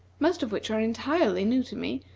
most of which are entirely new to me,